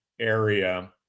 area